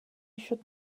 should